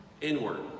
inward